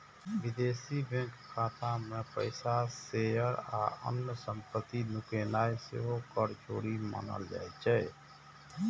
विदेशी बैंक खाता मे पैसा, शेयर आ अन्य संपत्ति नुकेनाय सेहो कर चोरी मानल जाइ छै